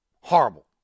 Horrible